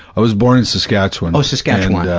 i was born in saskatchewan. oh, saskatchewan. yeah